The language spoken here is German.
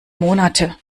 monate